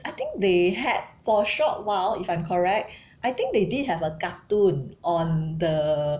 I think they had for a short while if I'm correct I think they did have a cartoon on the